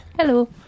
Hello